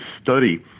study